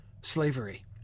slavery